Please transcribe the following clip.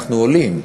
אנחנו עולים,